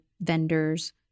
vendors